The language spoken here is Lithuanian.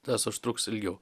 tas užtruks ilgiau